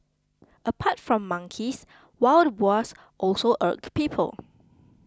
apart from monkeys wild boars also irk people